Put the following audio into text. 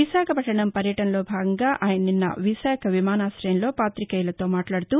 విశాఖపట్టణం పర్యటనలో భాగంగా ఆయన నిస్న విశాఖ విమానాశయంలో పాికేయులతో మాట్లాడుతూ